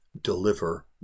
Deliver